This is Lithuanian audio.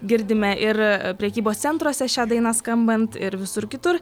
girdime ir prekybos centruose šią dainą skambant ir visur kitur